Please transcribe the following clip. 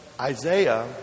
Isaiah